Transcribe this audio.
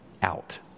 Out